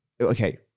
okay